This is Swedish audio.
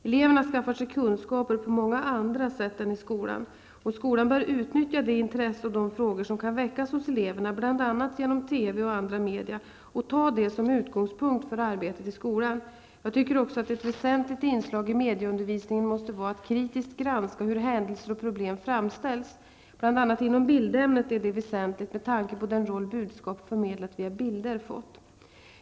Eleverna skaffar sig kunskaper på många andra sätt än i skolan. Skolan bör utnyttja det intresse och de frågor som kan väckas hos eleverna, bl.a. genom TV och ta detta som utgångspunkt för arbetet i skolan. Jag tycker också att ett väsentligt inslag i medieundervisningen måste vara att kritiskt granska hur händelser och problem framställs. Inom bl.a. bildämnet är detta väsentligt med tanke på den roll budskap förmedlat via bilder har fått.